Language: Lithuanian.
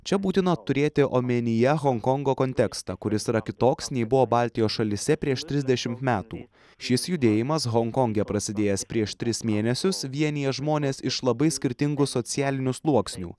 čia būtina turėti omenyje honkongo kontekstą kuris yra kitoks nei buvo baltijos šalyse prieš trisdešimt metų šis judėjimas honkonge prasidėjęs prieš tris mėnesius vienija žmones iš labai skirtingų socialinių sluoksnių